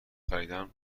خریدن